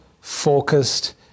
focused